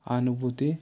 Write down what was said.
అనుభూతి